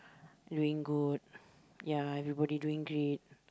doing good ya everybody doing great